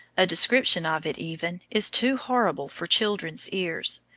a description of it, even, is too horrible for children's ears.